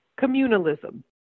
communalism